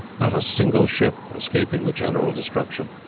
not a single ship escaping the general destruction.